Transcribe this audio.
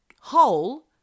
hole